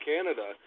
Canada